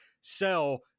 sell